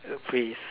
phrase